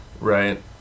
Right